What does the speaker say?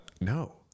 no